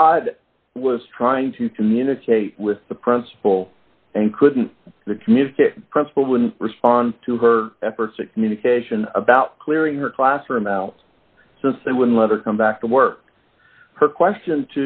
cod was trying to communicate with the principal and couldn't the community principal wouldn't respond to her efforts a communication about clearing her classroom out since they would let her come back to work her question